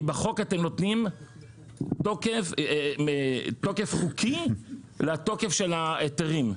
כי בחוק אתם נותנים תוקף חוקי לתוקף של ההיתרים.